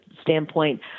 standpoint